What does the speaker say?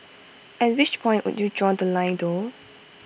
at which point would you draw The Line though